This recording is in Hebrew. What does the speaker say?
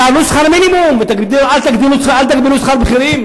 תעלו את שכר המינימום ואל תגבילו את שכר הבכירים,